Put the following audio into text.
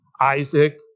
Isaac